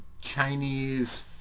Chinese